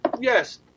yes